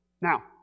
Now